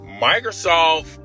Microsoft